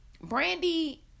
Brandy